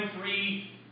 three